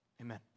Amen